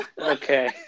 okay